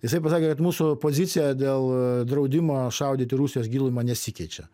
jisai pasakė kad mūsų pozicija dėl draudimo šaudyti rusijos gilumą nesikeičia